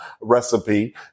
recipe